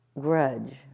grudge